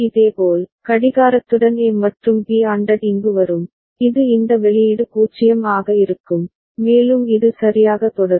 இதேபோல் கடிகாரத்துடன் A மற்றும் B ANDed இங்கு வரும் இது இந்த வெளியீடு 0 ஆக இருக்கும் மேலும் இது சரியாக தொடரும்